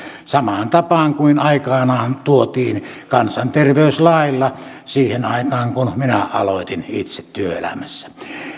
samaan tapaan kuin aikoinaan tuotiin kansanterveyslailla siihen aikaan kun minä aloitin itse työelämässä